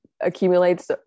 accumulates